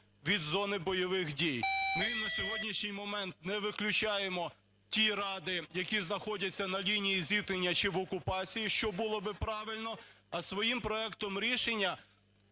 від зони бойових дій. Ми на сьогоднішній момент не виключаємо ті ради, які знаходяться на лінії зіткнення чи в окупації, що було би правильно, а своїм проектом рішення